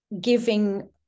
giving